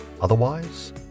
otherwise